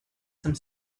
some